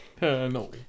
no